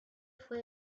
fue